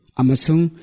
amasung